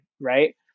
right